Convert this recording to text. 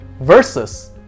versus